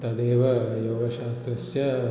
तदेव योगशास्त्रस्य